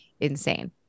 insane